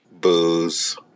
Booze